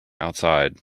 outside